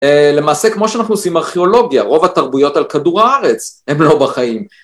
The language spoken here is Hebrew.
למעשה כמו שאנחנו עושים ארכיאולוגיה, רוב התרבויות על כדור הארץ הם לא בחיים.